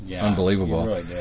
unbelievable